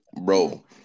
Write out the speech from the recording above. bro